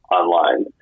online